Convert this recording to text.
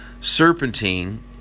serpentine